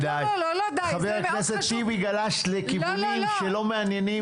חבר הכנסת טיבי גלש לכיוונים שלא מעניינים.